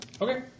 Okay